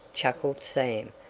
chuckled sam,